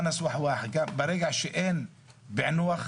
ברגע שאין פענוח,